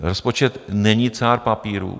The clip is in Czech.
Rozpočet není cár papíru.